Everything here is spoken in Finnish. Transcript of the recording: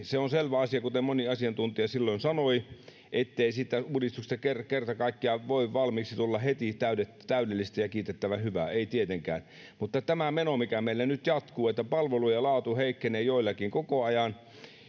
se on selvä asia kuten moni asiantuntija silloin sanoi ettei siitä uudistuksesta kerta kerta kaikkiaan voi tulla heti valmiiksi täydellistä ja kiitettävän hyvää ei tietenkään mutta tämä meno mikä meillä nyt jatkuu että palvelujen laatu heikkenee joillakin koko ajan